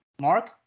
Mark